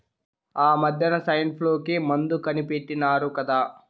ఆమద్దెన సైన్ఫ్లూ కి మందు కనిపెట్టినారు కదా